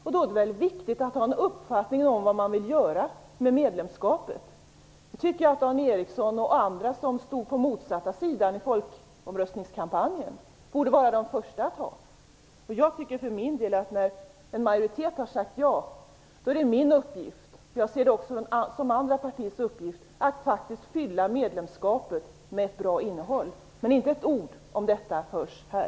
Då är det viktigt att ha en uppfattning om vad man vill göra med medlemskapet. Jag tycker att Dan Ericsson och andra som stod på motsatta sidan i folkomröstningskampanjen borde vara de första att ha en uppfattning här. När en majoritet har sagt ja är det min uppgift - och, som jag ser det, också en uppgift för andra partier - att faktiskt fylla medlemskapet med ett bra innehåll. Inte ett ord om den saken hörs här.